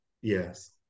Yes